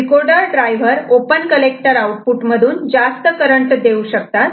decoder driver open collector output मधून जास्त current देऊ शकतात